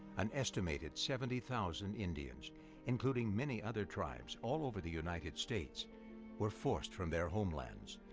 an estimated seventy thousand indians including many other tribes all over the united states were forced from their homelands.